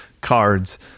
cards